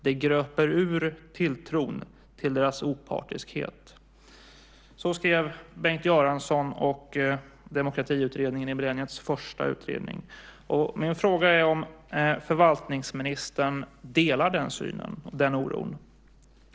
Det gröper ur tilltron till deras opartiskhet. Så skrev alltså Bengt Göransson och Demokratiutredningen i beredningens första utredning. Delar förvaltningsministern denna syn och oro?